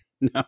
No